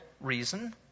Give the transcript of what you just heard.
reason